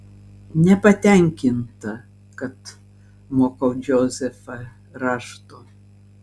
nepatenkinta kad mokau džozefą rašto